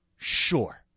Sure